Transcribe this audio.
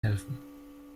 helfen